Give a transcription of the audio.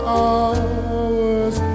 hours